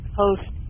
host